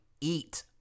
eat